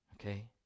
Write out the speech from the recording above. okay